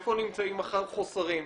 איפה נמצאים החוסרים,